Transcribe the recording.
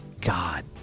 god